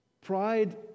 Pride